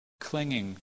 clinging